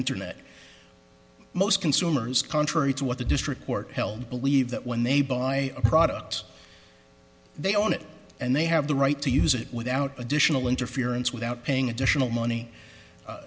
internet most consumers contrary to what the district court held believe that when they buy products they own it and they have the right to use it without additional interference without paying additional money